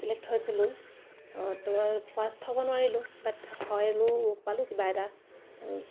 select হৈছিলোঁ তো first হ'ব নোৱাৰিলোঁ বাট হয় পালোঁ কিবা এটা